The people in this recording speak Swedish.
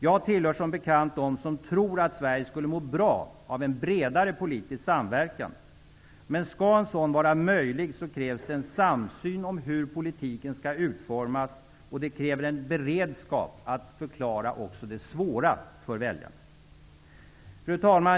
Jag tillhör som bekant dem som tror att Sverige skulle må bra av en bredare politisk samverkan. Men skall en sådan vara möjlig krävs det en samsyn på hur politiken skall utformas, och det kräver en beredskap att förklara även det svåra för väljarna.